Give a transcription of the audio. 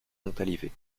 montalivet